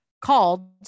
called